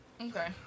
Okay